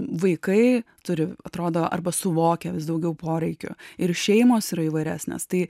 vaikai turi atrodo arba suvokia vis daugiau poreikių ir šeimos yra įvairesnės tai